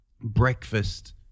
breakfast